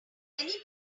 languages